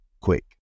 quick